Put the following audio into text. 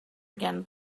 again